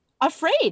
afraid